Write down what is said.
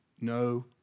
no